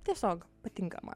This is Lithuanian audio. tiesiog patinka man